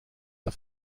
auf